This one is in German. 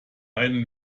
einen